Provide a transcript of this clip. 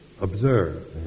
observe